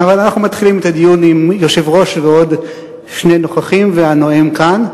אבל אנחנו מתחילים את הדיון עם היושב-ראש ועוד שני נוכחים והנואם כאן.